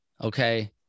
okay